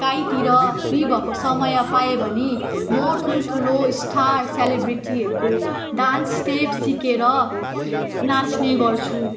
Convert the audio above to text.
कहीँतिर फ्री भएको समय पाएँ भने म ठुलठुलो स्टार सेलिब्रिटीहरूको डान्स स्टेप सिकेर नाच्ने गर्छु